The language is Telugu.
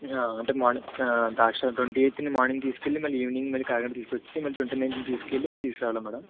అంటే మార్నింగ్ ద్రాక్షారామం ట్వంటీ ఎయిత్న మార్నింగ్ తీసుకెళ్లి మళ్ళీ ఈవినింగ్ మళ్ళీ కాకినాడకి తీసుకొచ్చి మళ్ళీ ట్వంటీ నైంత్న తీసుకెళ్లి తీసుకురావాలా మేడం